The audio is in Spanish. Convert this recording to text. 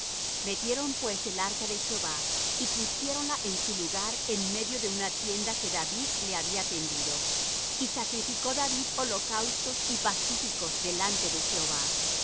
metieron pues el arca de jehová y pusiéronla en su lugar en medio de una tienda que david le había tendido y sacrificó david holocaustos y pacíficos delante de jehová